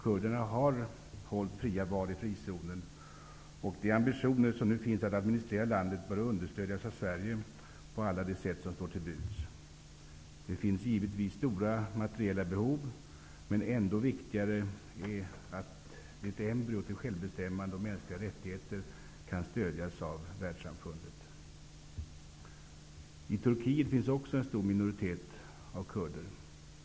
Kurderna har hållit fria val i frizonen. De ambitioner som nu finns att administrera landet bör understödjas av Sverige på alla de sätt som står till buds. Det finns givetvis stora materialla behov, men det är ännu viktigare att ett embryo till självbestämmande och mänskliga rättigheter kan stödjas av världssamfundet. I Turkiet finns också en stor minoritet av kurder.